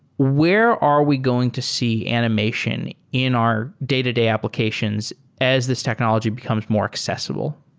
where are we going to see animation in our day-to-day applications as this technology becomes more accessible?